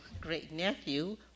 great-nephew